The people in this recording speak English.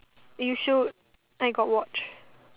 you should I got watch